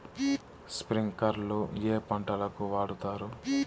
స్ప్రింక్లర్లు ఏ పంటలకు వాడుతారు?